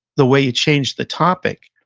the way you changed the topic,